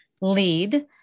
lead